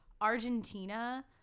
Argentina